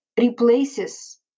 replaces